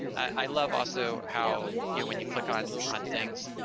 i love also how, you know, when you click on on things,